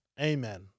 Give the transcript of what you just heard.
amen